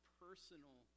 personal